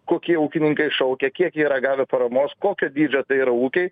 kokie ūkininkai šaukia kiek yra gavę paramos kokio dydžio tai yra ūkiai